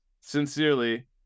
Sincerely